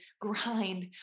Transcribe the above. grind